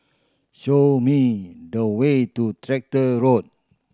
show me the way to Tractor Road